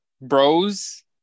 bros